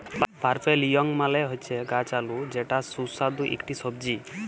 purple য়ং মালে হচ্যে গাছ আলু যেটা সুস্বাদু ইকটি সবজি